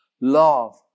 love